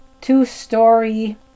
two-story